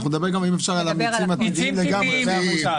נדבר גם על מיצים טבעיים לגמרי.